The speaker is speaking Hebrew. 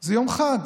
זה יום חג,